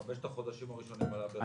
בחמשת החודשים הראשונים היא עלתה ב-1%.